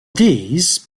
these